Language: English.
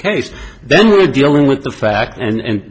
case then we're dealing with the fact and